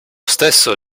stesso